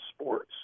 sports